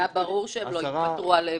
זה היה ברור שהם לא התפטרו על אמת.